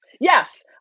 Yes